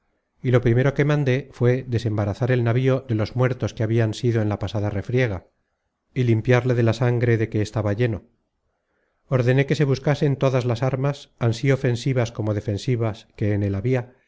y lo primero que mandé fué desembarazar el navío de los muertos que habian sido en la pasada refriega y limpiarle de la sangre de que estaba lleno ordené que se buscasen todas las armas ansí ofensivas como defensivas que en él habia